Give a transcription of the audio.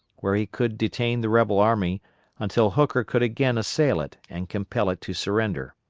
where he could detain the rebel army until hooker could again assail it and compel it to surrender.